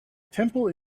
temple